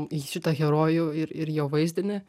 į šitą herojų ir ir jo vaizdinį